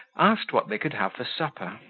asked what they could have for supper.